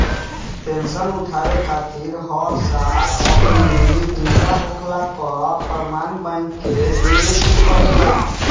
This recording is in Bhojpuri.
पेंशन उठावे खातिर हर साल अपनी जिंदा होखला कअ प्रमाण बैंक के देवे के पड़ेला